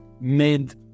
made